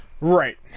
right